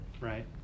right